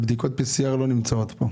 בדיקות PCR לא נמצאות פה.